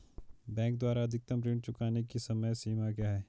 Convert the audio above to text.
Bank द्वारा अधिकतम ऋण चुकाने की समय सीमा क्या है?